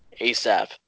ASAP